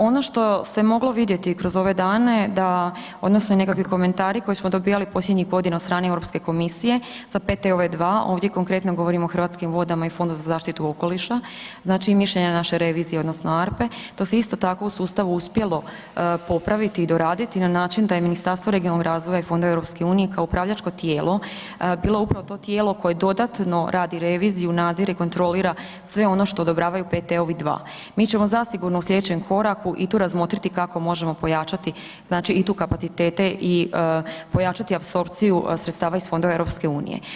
Ono što se moglo vidjeti kroz ove dane da odnosno nekakvi komentari koje smo dobivali posljednjih godina od strane Europske komisije za PT-ove 2, ovdje konkretno govorim o Hrvatskim vodama i Fondu za zaštitu okoliša, znači mišljenja naše revizije odnosno ARPA-e, to se isto tako u sustavu uspjelo popraviti i doraditi na način da je Ministarstvo regionalnog razvoja i fonda EU kao upravljačko tijelo bilo upravo to tijelo koje dodatno radi reviziju, nadzire, kontrolira sve ono što odobravaju PT-ovih 2. Mi ćemo zasigurno u slijedećem koraku i tu razmotriti kako možemo pojačati, znači i tu kapacitete i pojačati apsorpciju sredstava iz Fondova EU.